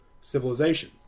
civilization